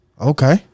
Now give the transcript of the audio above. Okay